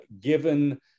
given